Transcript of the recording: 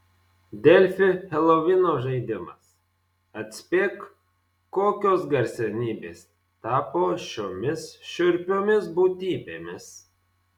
delfi helovino žaidimas atspėk kokios garsenybės tapo šiomis šiurpiomis būtybėmis